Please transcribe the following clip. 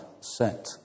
set